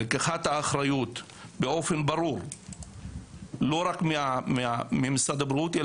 לקיחת האחריות באופן ברור לא רק ממשרד הבריאות,